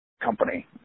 company